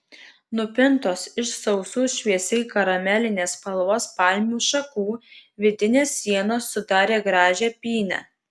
nupintos iš sausų šviesiai karamelinės spalvos palmių šakų vidinės sienos sudarė gražią pynę